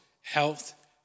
health